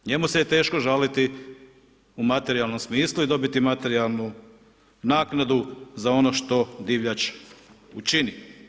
Njemu se je teško žaliti u materijalnom smislu i dobiti materijalnu naknadu za ono što divljač učini.